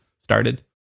started